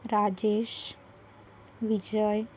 Rajesh Vijay